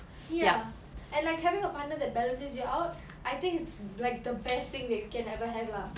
ya and like having a partner that balances you out I think it's like the best thing that you can ever have lah